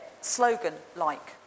slogan-like